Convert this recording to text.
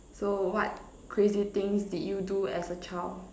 so what crazy things did you do as a child